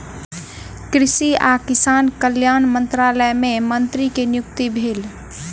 कृषि आ किसान कल्याण मंत्रालय मे मंत्री के नियुक्ति भेल